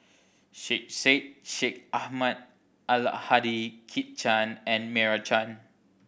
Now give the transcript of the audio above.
Syed Sheikh Syed Ahmad Al Hadi Kit Chan and Meira Chand